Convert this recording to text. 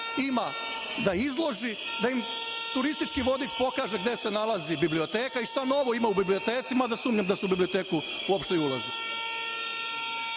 ima da izloži, da im turistički vodič pokaže gde se nalazi biblioteka i šta novo ima u biblioteci, mada sumnjam da su u biblioteku uopšte i